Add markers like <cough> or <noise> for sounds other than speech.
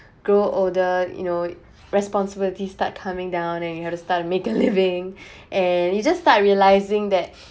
<breath> grow older you know responsibility start coming down and you have to start make a living <breath> and you just start realising that <breath>